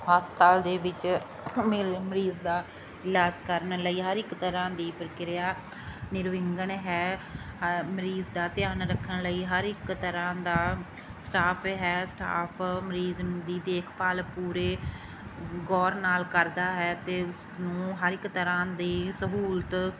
ਹਸਪਤਾਲ ਦੇ ਵਿੱਚ ਹ ਮਿਲ ਮਰੀਜ਼ ਦਾ ਇਲਾਜ ਕਰਨ ਲਈ ਹਰ ਇੱਕ ਤਰ੍ਹਾਂ ਦੀ ਪ੍ਰਕਿਰਿਆ ਨਿਰਵਿਘਨ ਹੈ ਮਰੀਜ਼ ਦਾ ਧਿਆਨ ਰੱਖਣ ਲਈ ਹਰ ਇੱਕ ਤਰ੍ਹਾਂ ਦਾ ਸਟਾਫ ਹੈ ਸਟਾਫ ਮਰੀਜ਼ ਦੀ ਦੇਖਭਾਲ ਪੂਰੇ ਗੌਰ ਨਾਲ ਕਰਦਾ ਹੈ ਅਤੇ ਉਹਨੂੰ ਹਰ ਇੱਕ ਤਰ੍ਹਾਂ ਦੀ ਸਹੂਲਤ